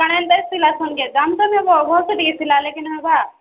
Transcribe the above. କାଣା ଏନ୍ତା ସିଲାସନ୍ କେଁ ଦାମ୍ ତ ନେବ ଭଲ୍ସେ ଟିକେ ସିଲାଲେ କେନୁ ହେବା